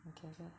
like ever~